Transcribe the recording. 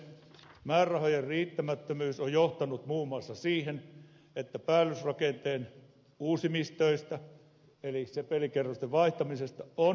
määrärahojen riittämättömyys on johtanut muun muassa siihen että päällysrakenteen uusimistöistä eli sepelikerrosten vaihtamisesta on jouduttu tinkimään